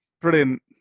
Brilliant